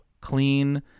clean